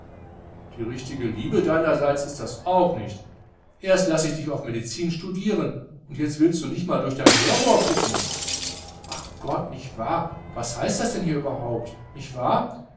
die richtige liebe deinerseits ist das auch nicht erst lasse ich dich auf medizin studieren und jetzt willst du nich mal durch dein hörrohr kucken ach gott nicht wahr was heißt denn hier überhaupt nicht wahr